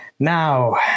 Now